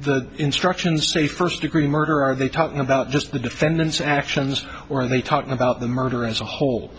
the instructions say first degree murder are they talking about just the defendant's actions or are they talking about the murder as a whole